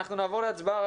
אנחנו נעבור להצבעה.